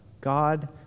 God